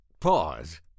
pause